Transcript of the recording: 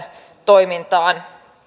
toimintaan